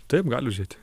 taip gali užeiti